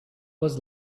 was